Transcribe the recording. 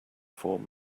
form